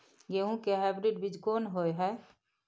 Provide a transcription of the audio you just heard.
गेहूं के हाइब्रिड बीज कोन होय है?